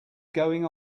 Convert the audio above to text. going